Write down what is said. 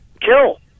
kill